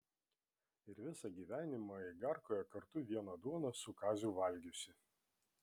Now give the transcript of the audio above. ir visą gyvenimą igarkoje kartu vieną duoną su kaziu valgiusi